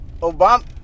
Obama